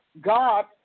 God